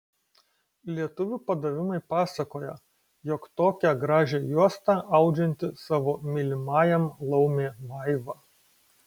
lietuvių padavimai pasakoja jog tokią gražią juostą audžianti savo mylimajam laumė vaiva